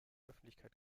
öffentlichkeit